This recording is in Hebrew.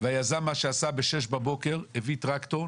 והיזם מה שעשה בשש בבוקר הביא טרקטור,